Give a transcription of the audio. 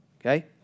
Okay